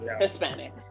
Hispanic